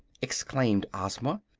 exclaimed ozma.